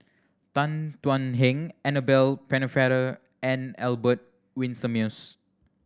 Tan Thuan Heng Annabel Pennefather and Albert Winsemius